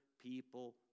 people